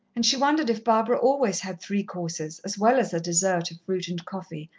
and she wondered if barbara always had three courses as well as a dessert of fruit and coffee,